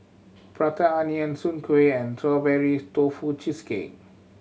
Prata Onion Soon Kuih and Strawberry Tofu Cheesecake